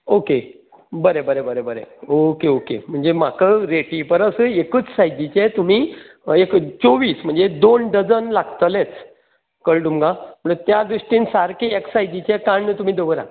okay बरें बरें बरें बरें ओके ओके म्हणजे म्हाका रेटी परसय एकूच साइजीचे तुमी एक चोव्वीस म्हणजे दोन डजन लागतलेच कळ्ळें तुमकां म्हणल्यार त्या दृश्टींन सारके एक साइजीचे काण्ण तुमी दवरात बरें बरें देव बरें करूं बरें बरें बरें